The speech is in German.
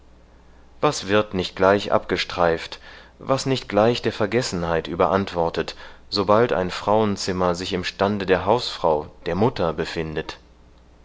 was wird nicht gleich abgestreift was nicht gleich der vergessenheit überantwortet sobald ein frauenzimmer sich im stande der hausfrau der mutter befindet